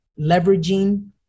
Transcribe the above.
leveraging